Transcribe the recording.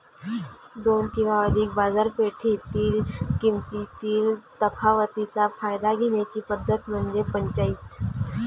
दोन किंवा अधिक बाजारपेठेतील किमतीतील तफावतीचा फायदा घेण्याची पद्धत म्हणजे पंचाईत